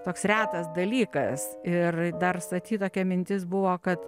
toks retas dalykas ir dar sati tokia mintis buvo kad